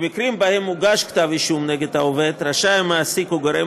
במקרים שבהם הוגש כתב אישום נגד העובד רשאי המעסיק או גורם